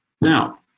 Now